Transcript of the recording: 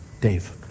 Dave